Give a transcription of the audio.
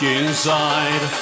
inside